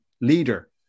leader